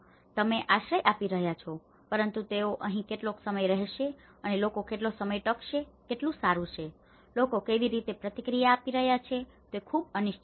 તેથી તમે આશ્રય આપી રહ્યા છો પરંતુ તેઓ અહીં કેટલો સમય રહેશે અને લોકો કેટલો સમય ટકશે તે કેટલું સારું છે લોકો કેવી રીતે પ્રતિક્રિયા આપી રહ્યા છે તે ખૂબ અનિશ્ચિત છે